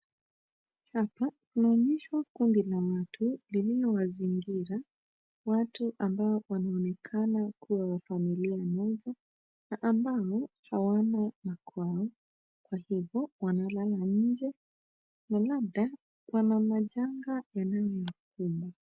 Hapa tunaonyeshwa kundi la watu lililowazingira watu ambao wanaonekana kuwa wa familia moja na ambao hawana makwao kwa hivyo wanalala nje na labda wana majanga yanayowakumba.